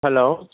hello